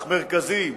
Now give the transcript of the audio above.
אך מרכזי,